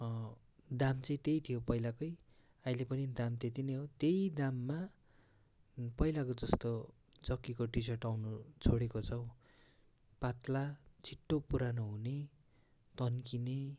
दाम चाहिँ त्यही थियो पहिलाको अहिले पनि दाम त्यति नै हो त्यही दाममा पहिलाको जस्तो जक्कीको टी सर्ट आउनु छोडेको छ हौ पातला छिटो पुरानो हुने तन्किने